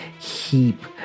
heap